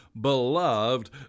beloved